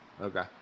Okay